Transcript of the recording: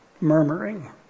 murmuring